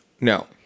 No